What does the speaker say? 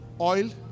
oil